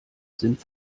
sind